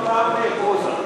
עמדה נוספת.